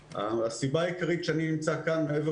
הסיבה העיקרית שאני נמצא כאן מעבר